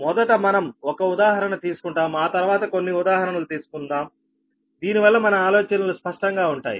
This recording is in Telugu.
మొదట మనం ఒక ఉదాహరణ తీసుకుంటాం ఆ తర్వాత కొన్ని ఉదాహరణలు తీసుకుందాం దీనివల్ల మన ఆలోచనలు స్పష్టంగా ఉంటాయి